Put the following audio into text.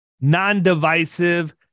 non-divisive